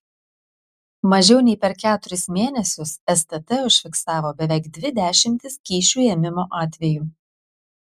mažiau nei per keturis mėnesius stt užfiksavo beveik dvi dešimtis kyšių ėmimo atvejų